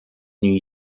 new